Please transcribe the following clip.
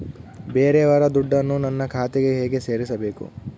ಬೇರೆಯವರ ದುಡ್ಡನ್ನು ನನ್ನ ಖಾತೆಗೆ ಹೇಗೆ ಸೇರಿಸಬೇಕು?